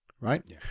right